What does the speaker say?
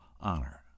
honor